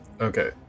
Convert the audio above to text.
Okay